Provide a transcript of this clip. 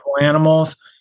animals